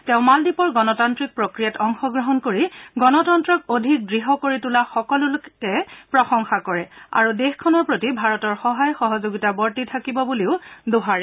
তেওঁ মালদ্বীপৰ গণতান্নিক প্ৰফ্ৰিয়াত অংশগ্ৰহণ কৰি গণতন্ত্ৰক অধিক দৃঢ় কৰি তোলা সকলোকে প্ৰশংসা কৰে আৰু দেশখনৰ প্ৰতি ভাৰতৰ সহায় সহযোগিতা বৰ্তি থাকিব বুলিও দোহাৰে